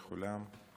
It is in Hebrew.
השרה, לילה טוב לכולם.